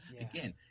Again